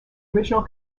original